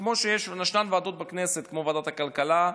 כמו שיש ועדות בכנסת, כמו ועדת הכלכלה,